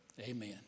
Amen